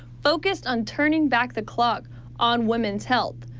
focused on turning back the clock on women's health.